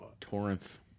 Torrance